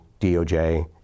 DOJ